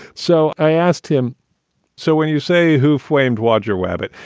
so i asked him so when you say who framed roger rabbit?